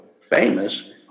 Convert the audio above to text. famous